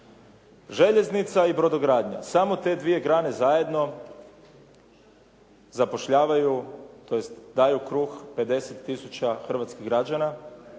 Željeznica i brodogradnja. Samo te dvije grane zajedno zapošljavaju, tj. daju kruh 50 tisuća hrvatskih građana